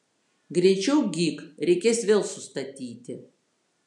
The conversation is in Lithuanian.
greičiau gyk reikės vėl sustatyti